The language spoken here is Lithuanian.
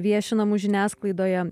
viešinamų žiniasklaidoje